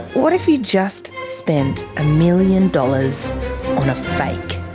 what if you just spent a million dollars on a fake?